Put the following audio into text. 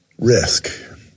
risk